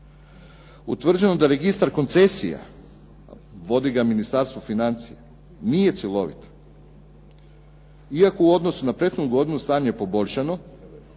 Utvrđeno je da Registar koncesija, vodi ga Ministarstvo financija, nije cjelovit iako u odnosu na prethodnu godinu stanje je poboljšano,